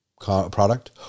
product